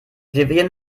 vivien